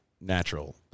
natural